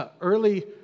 early